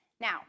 Now